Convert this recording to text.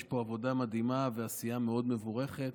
יש פה עבודה מדהימה ועשייה מאוד מבורכת.